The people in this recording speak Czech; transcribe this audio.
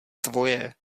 tvoje